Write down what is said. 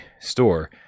store